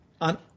on